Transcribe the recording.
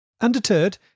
Undeterred